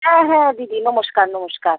হ্যাঁ হ্যাঁ দিদি নমস্কার নমস্কার